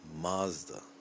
Mazda